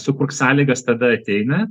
sukurk sąlygas tada ateina